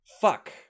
fuck